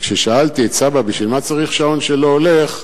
כששאלתי את סבא בשביל מה צריך שעון שלא הולך,